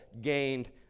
gained